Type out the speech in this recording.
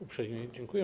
Uprzejmie dziękuję.